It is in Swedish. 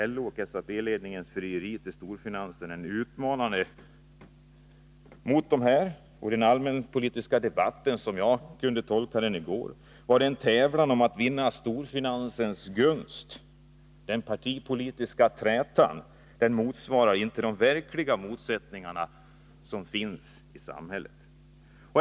LO och SAP-ledningarnas frieri till storfinansen är utmanande, och den allmänpolitiska debatten i går — så som jag kunde tolka den — var en tävlan om att vinna storfinansens gunst. Den partipolitiska trätan svarar inte mot de verkliga motsättningarna som finns i samhället.